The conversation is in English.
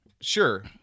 sure